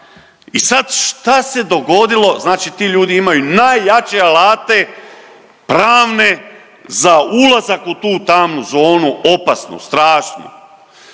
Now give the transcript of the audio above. I sad šta se dogodilo? Znači ti ljudi imaju najjače alate pravne za ulazak u tu tamnu zonu, opasnu, strašnu